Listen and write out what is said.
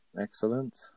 Excellent